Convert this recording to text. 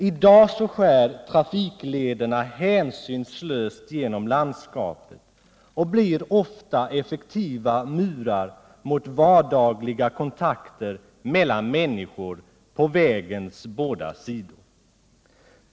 I dag skär trafiklederna hänsynslöst genom landskapet och blir ofta effektiva murar mot vardagliga kontakter mellan människor på vägens båda sidor.